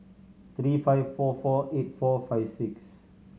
three five four four eight four five six